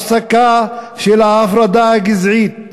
הפסקה של ההפרדה הגזעית,